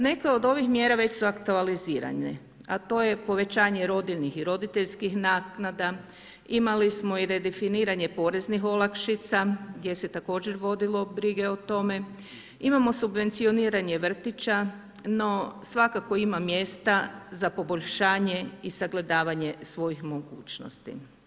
Neke od ovih mjera već su aktualizirane a to je povećanje rodiljnih i roditeljskih naknada, imali smo i redefiniranje poreznih olakšica gdje se također vodilo brige o tome, imamo subvencioniranje vrtića, no svakako ima mjesta za poboljšanje i sagledavanje svojih mogućnosti.